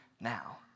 now